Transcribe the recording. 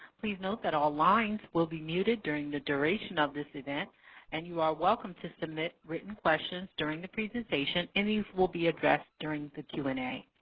please note that all lines will be muted during the duration of this event and you are welcome to submit written questions during the presentation and this will be addressed during the q and a.